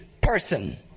person